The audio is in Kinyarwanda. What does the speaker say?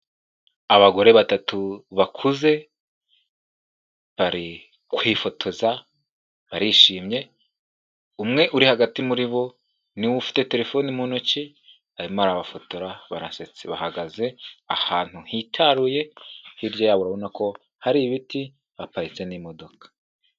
Abagore batatu bakuze, bari kwifotoza barishimye, umwe uri hagati muri bo ni we ufite telefoni mu ntoki arimo arabafotora barasetsa bahagaze ahantu hitaruye hirya yabo urabona ko hari ibiti, haparitse n'imodoka.